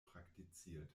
praktiziert